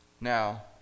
now